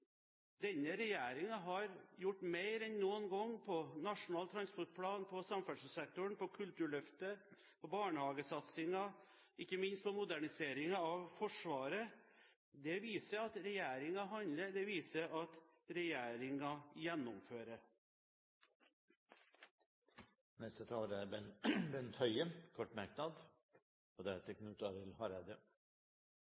denne regjeringen har gjort mer enn noen gang når det gjelder Nasjonal transportplan, på samferdselssektoren, når det gjelder kulturløftet, barnehagesatsing og ikke minst modernisering av Forsvaret. Det viser at regjeringen handler – det viser at regjeringen gjennomfører. Bent Høie har hatt ordet to ganger tidligere og